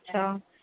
अच्छा